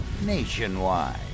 Nationwide